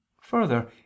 Further